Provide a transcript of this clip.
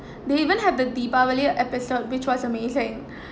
they even have the deepavali episode which was amazing